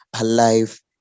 alive